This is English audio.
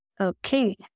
Okay